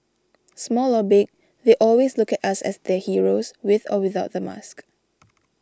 small or big they always look at us as their heroes with or without the mask